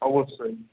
অবশ্যই